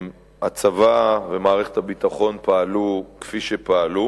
הצבא ומערכת הביטחון פעלו כפי שפעלו,